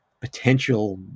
potential